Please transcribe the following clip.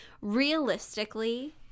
realistically